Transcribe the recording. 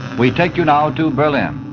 we take you now to berlin